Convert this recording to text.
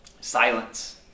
Silence